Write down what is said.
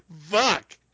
fuck